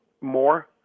more